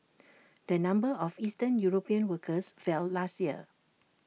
the number of eastern european workers fell last year